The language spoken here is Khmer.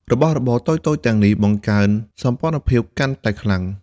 របស់របរតូចៗទាំងនេះបង្កើនសោភ័ណភាពកាន់តែខ្លាំង។